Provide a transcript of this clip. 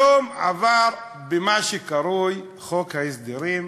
היום עבר במה שקרוי חוק ההסדרים,